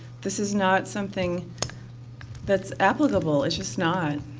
this is not something that's applicable. it's just not.